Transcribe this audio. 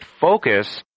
focus